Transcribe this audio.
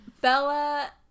Bella